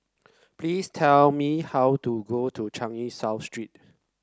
please tell me how to go to Changi South Street